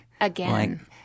Again